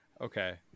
okay